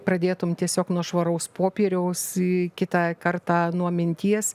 pradėtum tiesiog nuo švaraus popieriaus į kitą kartą nuo minties